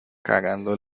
cagando